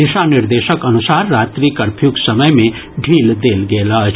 दिशा निर्देशक अनुसार रात्रि कर्फ्यूक समय मे ढील देल गेल अछि